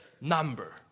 number